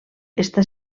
està